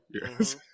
Yes